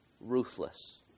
ruthless